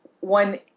one